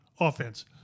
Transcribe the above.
offense